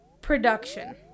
production